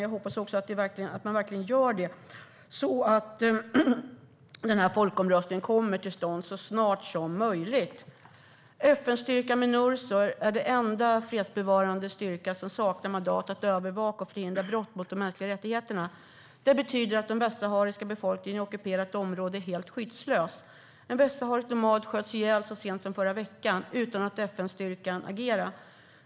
Jag hoppas att man verkligen gör det, så att den här folkomröstningen kommer till stånd så snart som möjligt. FN-styrkan Minurso är den enda fredsbevarande styrka som saknar mandat att övervaka och förhindra brott mot de mänskliga rättigheterna. Det betyder att den västsahariska befolkningen i ockuperat område är helt skyddslös. En västsaharisk nomad sköts ihjäl så sent som i förra veckan utan att FN-styrkan agerade.